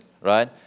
right